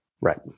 Right